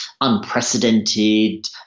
unprecedented